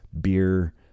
beer